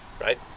right